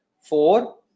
four